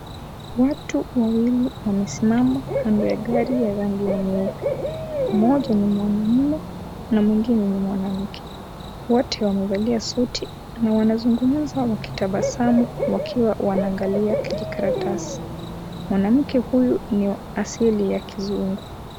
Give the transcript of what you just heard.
Watu wawili wamesimama kando ya gari ya rangi ya nyeupe. Mmoja ni mwanaume na mwingine ni mwanamke. Wote wamevalia suti na wanazungumza wakitabasamu, wakiwa wanaangalia kijikaratasi. Mwanamke huyu, ni wa asili ya Kizungu.